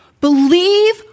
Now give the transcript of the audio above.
Believe